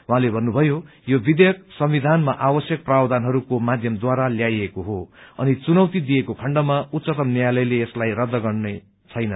उहाँले भन्नुभयो यो विधेयक संविधानमा आवश्यक प्रावधानहरूको माध्यमद्वारा ल्याइएको हो अनि चुनौती दिइएको खण्डमा उच्चतम न्यायालयले यसलाई रद्द गर्ने छैन